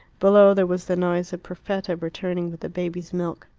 below there was the noise of perfetta returning with the baby's milk.